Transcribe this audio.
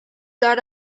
got